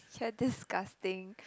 you're disgusting